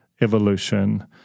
evolution